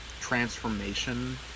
transformation